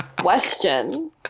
question